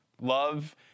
Love